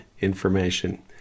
information